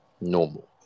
normal